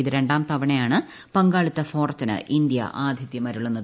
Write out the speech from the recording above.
ഇത് രണ്ടാം തവണയാണ് പങ്കാളിത്ത ഫോറത്തിന് ഇന്ത്യ ആഥിത്യമരുളുന്നത്